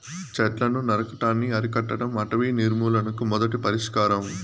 చెట్లను నరకటాన్ని అరికట్టడం అటవీ నిర్మూలనకు మొదటి పరిష్కారం